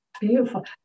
Beautiful